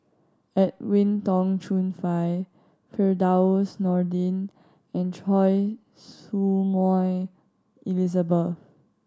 Edwin Tong Chun Fai Firdaus Nordin and Choy Su Moi Elizabeth